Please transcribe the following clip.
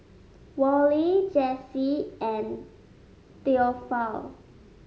Wally Jesse and Theophile